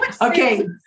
Okay